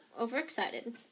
overexcited